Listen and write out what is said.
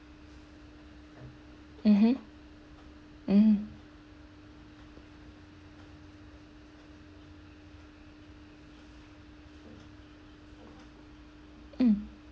mmhmm mm mm mm